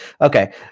Okay